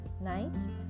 nice